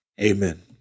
Amen